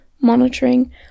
monitoring